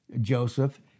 Joseph